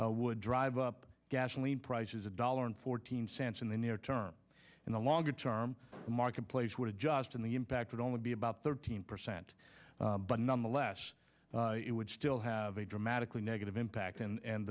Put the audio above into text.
energy would drive up gasoline prices a dollar and fourteen cents in the near term in the longer term the marketplace would adjust and the impact would only be about thirteen percent but nonetheless it would still have a dramatically negative impact and